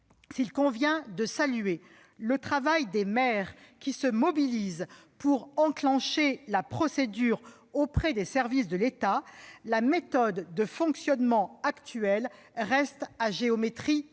s'il convient de saluer le travail des maires, qui se mobilisent pour enclencher la procédure auprès des services de l'État, la méthode de fonctionnement actuelle reste à géométrie variable.